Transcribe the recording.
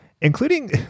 including